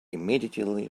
immediately